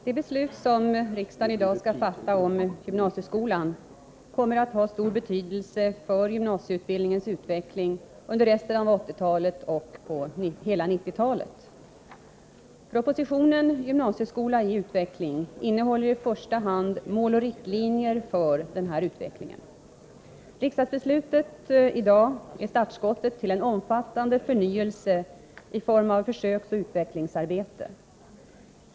Herr talman! Det beslut som riksdagen i dag skall fatta om gymnasieskolan kommer att ha stor betydelse för gymnasieutbildningens utveckling under resten av 1980-talet och hela 1990-talet. Propositionen Gymnasieskola i utveckling innehåller i första hand mål och riktlinjer för denna utveckling. Riksdagsbeslutet i dag är startskottet till en omfattande förnyelse i form av försöksoch utvecklingsarbete.